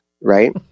right